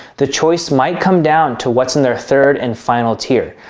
the choice might come down to what's in their third and final tier,